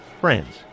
friends